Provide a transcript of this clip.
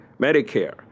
Medicare